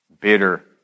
bitter